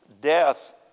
death